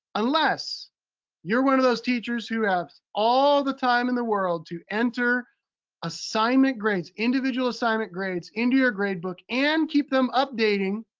unless you're one of those teachers who has all the time in the world to enter assignment grades, individual assignment grades into your grade book, and keep them updating